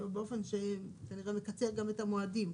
באופן שכנראה מקצר גם את המועדים.